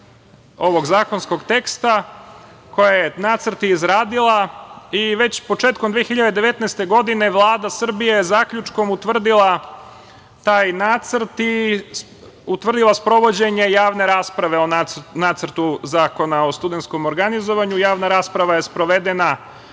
ovog zakonskog teksta, koja je nacrt izradila, i već početkom 2019. godine, Vlada Srbije je zaključkom utvrdila taj nacrt i utvrdila sprovođenje javne rasprave o Nacrtu zakona o studentskom organizovanju, i javna rasprava je sprovedena